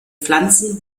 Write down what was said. pflanzen